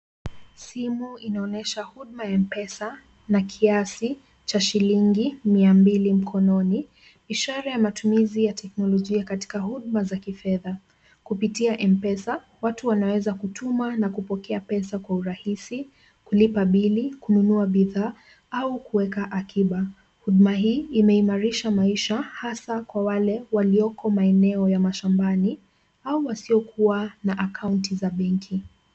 Simu inaonyesha huduma ya M-Pesa na kiasi cha shilingi mia mbili mkononi ishara ya matumizi ya teknolojia katika huduma za kifedha. Kupitia M-Pesa watu wanaweza kutuma na kupokea pesa kwa urahisi, kulipa bili, kununua bidhaa au kuweka akiba. Huduma hii imeimarisha maisha hasa kwa wale walioko maeneo ya mashambani au wasiokuwa na akaunti za benki.